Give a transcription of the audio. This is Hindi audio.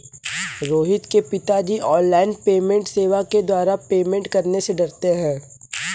रोहित के पिताजी ऑनलाइन पेमेंट सेवा के द्वारा पेमेंट करने से डरते हैं